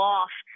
off